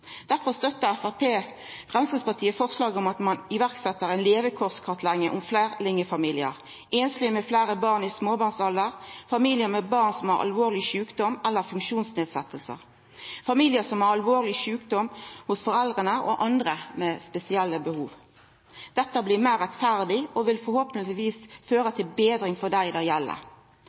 Derfor støttar Framstegspartiet forslaget om å «iverksette en levekårskartlegging om flerlingfamilier, enslige med flere barn i småbarnsalder, familier med barn som har alvorlig sykdom eller funksjonsnedsettelser, familier som har alvorlig sykdom hos foreldrene, og andre med spesielle omsorgsbehov.» Dette blir meir rettferdig og vil forhåpentlegvis føra til betring for dei det